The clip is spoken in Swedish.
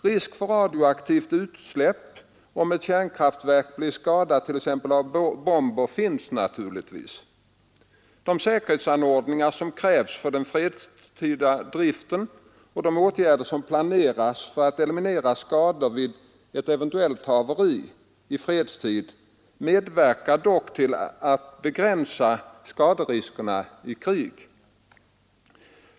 Risk för radioaktivt utsläpp om ett kärnkraftverk blir skadat t.ex. av bomber finns naturligtvis. De säkerhetsanordningar som krävs för den fredstida driften och de åtgärder som planeras för att eliminera skador vid ett eventuellt haveri i fredstid medverkar dock till att begränsa skaderiskerna i krig.